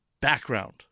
background